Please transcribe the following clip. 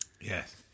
yes